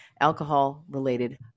alcohol-related